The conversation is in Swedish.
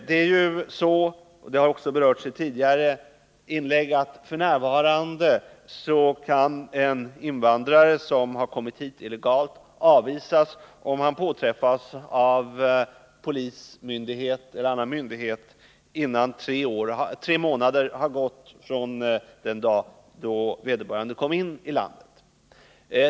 Det är ju så — och det har också berörts i ett tidigare inlägg — att en invandrare som har kommit hit illegalt f. n. kan avvisas om han eller hon påträffas av polismyndighet eller annan myndighet innan tre månader har gått från den dag då vederbörande kom in i landet.